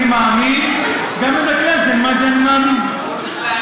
אני מאמין, ומדקלם את מה שאני